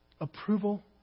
approval